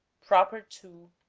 proper to,